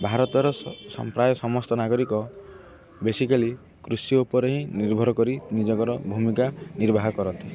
ଭାରତର ପ୍ରାୟ ସମସ୍ତ ନାଗରିକ ବେସିକାଲି କୃଷି ଉପରେ ହିଁ ନିର୍ଭର କରି ନିଜଙ୍କର ଭୂମିକା ନିର୍ବାହ କରନ୍ତି